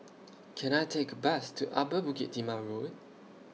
Can I Take A Bus to Upper Bukit Timah Road